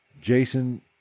Jason